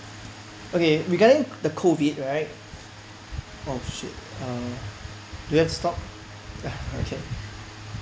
okay regarding the COVID right oh shit uh do I have to stop okay